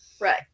Right